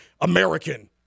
American